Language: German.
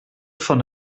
von